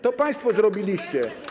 To państwo zrobiliście.